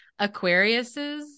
Aquariuses